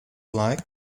like